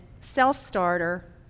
self-starter